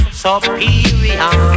superior